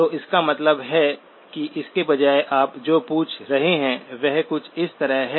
तो इसका मतलब है कि इसके बजाय आप जो पूछ रहे हैं वह कुछ इस तरह है